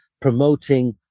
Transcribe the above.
promoting